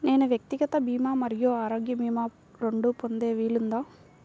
నేను వ్యక్తిగత భీమా మరియు ఆరోగ్య భీమా రెండు పొందే వీలుందా?